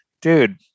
dude